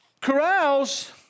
corrals